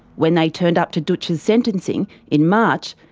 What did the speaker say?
when they turned up to dootch's sentencing in march,